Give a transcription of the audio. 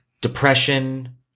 depression